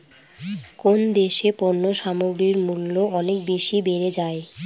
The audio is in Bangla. কোন দেশে পণ্য সামগ্রীর মূল্য অনেক বেশি বেড়ে যায়?